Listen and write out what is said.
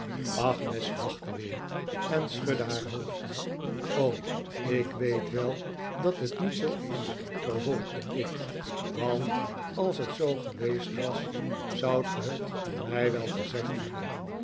lachte weer en schudde haar hoofd ik weet wel dat het niet zoo is vervolgde ik want als het zoo geweest was zoudt gij het mij wel gezegd hebben